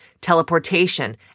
teleportation